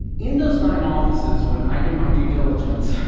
in those nine offices when i did my due diligence,